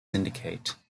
syndicate